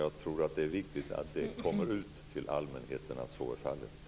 Jag tror att det är viktigt att det kommer ut till allmänheten att så är fallet.